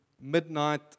midnight